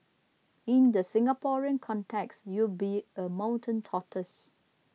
in the Singaporean context you'd be a mountain tortoise